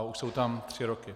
Už jsou tam tři roky.